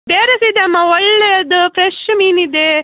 ಬೇರೆ ಸ ಇದೆಯಮ್ಮ ಒಳ್ಳೇದು ಫ್ರೆಶ್ ಮೀನಿದೆ